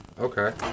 Okay